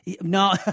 No